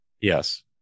Yes